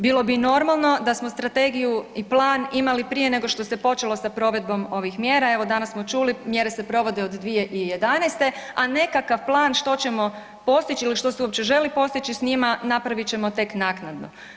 Bilo bi normalno da smo strategiju i plan imali prije nego što se počelo sa provedbom ovih mjera, evo, danas smo čuli, mjere se provode od 2011., a nekakav plan što ćemo postići ili što se uopće želi postići s njima, napravit ćemo tek naknadno.